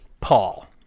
Paul